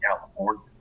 California